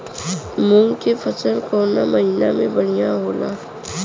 मुँग के फसल कउना महिना में बढ़ियां होला?